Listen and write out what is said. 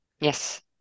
Yes